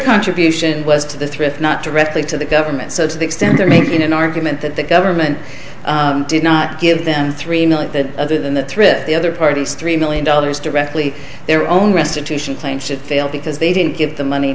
contribution was to the thrift not directly to the government so to the extent they're making an argument that the government did not give them three million that other than the thrift the other party's three million dollars directly their own restitution claim should fail because they didn't give the money